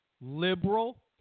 liberal